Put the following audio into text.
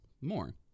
more